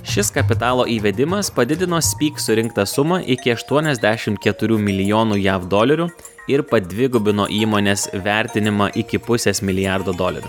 šis kapitalo įvedimas padidino speak surinktą sumą iki aštuoniasdešimt keturių milijonų jav dolerių ir padvigubino įmonės vertinimą iki pusės milijardo dolerių